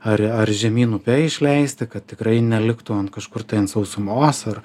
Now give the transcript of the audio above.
ar ar žemyn upe išleisti kad tikrai neliktų an kažkur tai an sausumos ar